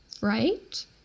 Right